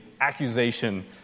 accusation